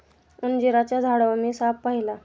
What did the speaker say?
अंजिराच्या झाडावर मी साप पाहिला